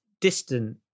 distant